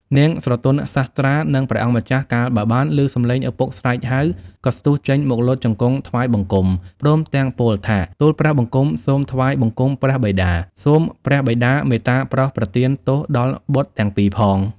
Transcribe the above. នាងស្រទន់សាស្ត្រា និងព្រះអង្គម្ចាស់ កាលបើបានលឺសម្លេងឪពុកស្រែកហៅ ក៏ស្ទុះចេញមកលុតជង្គង់ថ្វាយបង្គំ ព្រមទាំងពោលថា ទូលព្រះបង្គំសូមថ្វាយបង្គំព្រះបិតា សូមព្រះបិតាមេត្តាប្រោសប្រទានទោសដល់បុត្រទាំងពីរផង។